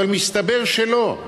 אבל מסתבר שלא.